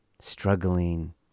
struggling